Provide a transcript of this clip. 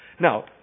Now